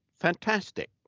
Fantastic